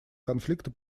конфликта